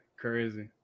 Crazy